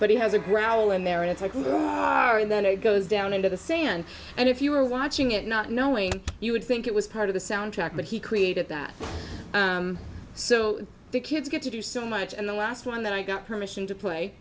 but he has a growl in there and it's a good car and then it goes down into the sand and if you were watching it not knowing you would think it was part of the soundtrack but he created that so the kids get to do so much and the last one that i got permission to play